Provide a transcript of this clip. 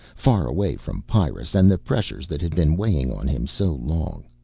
far away from pyrrus and the pressures that had been weighing on him so long.